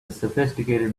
sophisticated